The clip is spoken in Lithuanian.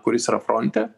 kuris yra fronte